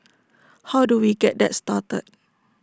how do we get that started